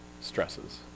stresses